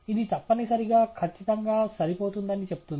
ఇది తప్పనిసరిగా ఖచ్చితంగా సరిపోతుందని చెప్తుంది